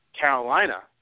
Carolina